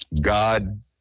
God